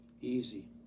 easy